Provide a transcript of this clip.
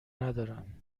ندارند